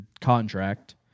contract